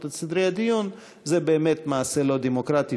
את סדרי הדיון זה באמת מעשה לא דמוקרטי,